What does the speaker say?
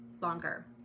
longer